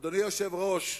אדוני היושב-ראש,